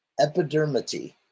Epidermity